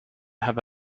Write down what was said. have